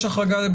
יש החרגה,